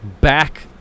back